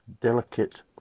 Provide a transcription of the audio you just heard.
delicate